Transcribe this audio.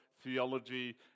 theology